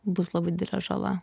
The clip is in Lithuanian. bus labai didelė žala